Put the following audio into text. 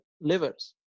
livers